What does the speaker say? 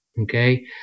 Okay